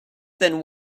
then